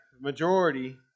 majority